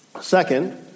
Second